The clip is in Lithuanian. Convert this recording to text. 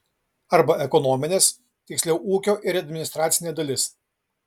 arba ekonominės tiksliau ūkio ir administracinė dalis